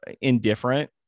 indifferent